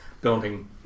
building